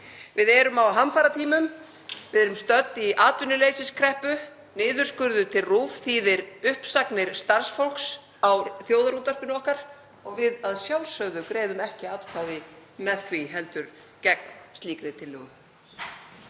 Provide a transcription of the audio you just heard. Við erum á hamfaratímum. Við erum stödd í atvinnuleysiskreppu. Niðurskurður til RÚV þýðir uppsagnir starfsfólks á þjóðarútvarpinu okkar. Við greiðum að sjálfsögðu ekki atkvæði með því heldur gegn slíkri tillögu.